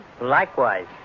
Likewise